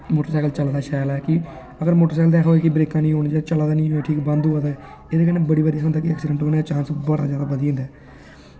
motorcycle चलदा शैल ऐ की अगर मोटरसैकल दियां ब्रेकां नेईं होन की चला दे निं बंद होआ दे एह्दे कन्नै बड़े बारी होंदा की एक्सीडेंट होने दे चांस बड़ा जादै बधी जंदा ऐ